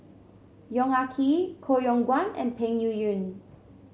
Yong Ah Kee Koh Yong Guan and Peng Yuyun